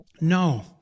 No